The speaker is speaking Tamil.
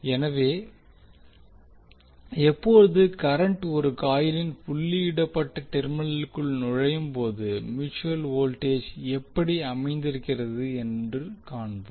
எனவே எப்போது கரன்ட் ஒரு காயிலின் புள்ளியிடப்பட்ட டெர்மினலுக்குள் நுழையும்போது மியூட்சுவல் வோல்டேஜ் எப்படி அமைந்திருக்கிறது என்று காண்போம்